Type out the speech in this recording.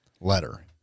letter